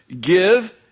give